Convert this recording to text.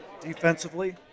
Defensively